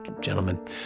gentlemen